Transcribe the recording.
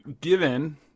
given –